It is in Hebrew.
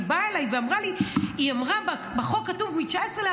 היא באה אליי ואמרה לי: בחוק כתוב מ-19 עד